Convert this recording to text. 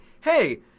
hey